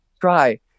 try